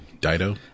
Dido